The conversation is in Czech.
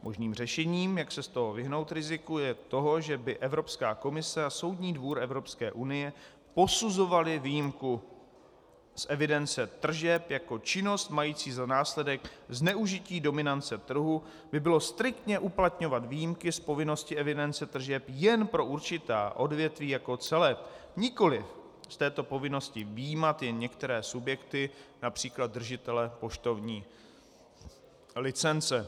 Možným řešením, jak se vyhnout riziku, je to, že by Evropská komise a Soudní dvůr Evropské unie posuzovaly výjimku z evidence tržeb jako činnost mající za následek zneužití dominance trhu, by bylo striktně uplatňovat výjimky z povinnosti evidence tržeb jen pro určitá odvětví jako celek, nikoliv z této povinnosti vyjímat jen některé subjekty, například držitele poštovní licence.